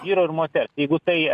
vyro ir moters jeigu tai